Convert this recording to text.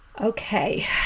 Okay